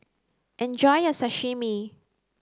enjoy your sashimi